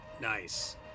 Nice